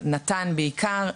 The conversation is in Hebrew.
נט"ן בעיקר,